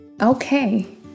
Okay